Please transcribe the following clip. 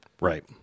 Right